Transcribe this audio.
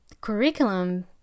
curriculum